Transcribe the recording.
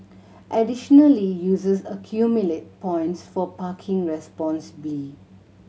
additionally users accumulate points for parking responsibly